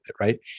right